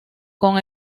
con